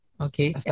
okay